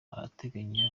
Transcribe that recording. arateganya